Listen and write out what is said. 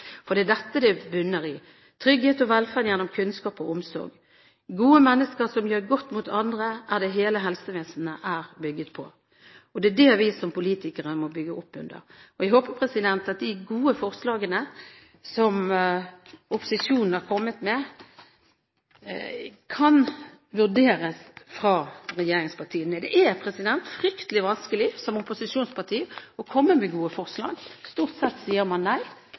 Og det er dette det bunner i: trygghet og velferd gjennom kunnskap og omsorg. Gode mennesker som gjør godt mot andre, er det hele helsevesenet er bygget på. Det er det vi som politikere må bygge opp under. Jeg håper de gode forslagene som opposisjonen har kommet med, kan vurderes av regjeringspartiene. Det er fryktelig vanskelig som opposisjonsparti å komme med gode forslag. Stort sett sier man nei.